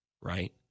Right